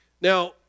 Now